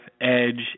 edge